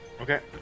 Okay